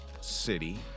city